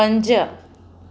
पंज